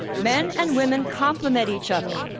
men and women complement each other.